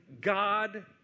God